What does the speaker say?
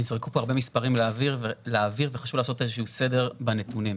נזרקו פה הרבה מספרים לאוויר וחשוב לעשות איזה שהוא סדר בנתונים.